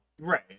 right